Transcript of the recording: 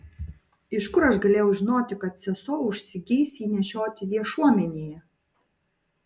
iš kur aš galėjau žinoti kad sesuo užsigeis jį nešioti viešuomenėje